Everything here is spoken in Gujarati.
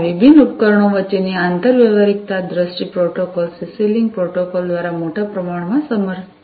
આ વિભિન્ન ઉપકરણો વચ્ચેની આ આંતરવ્યવહારિકતા આ વિશિષ્ટ પ્રોટોકોલ સીસી લિંક પ્રોટોકોલ દ્વારા મોટા પ્રમાણમાં સમર્થિત છે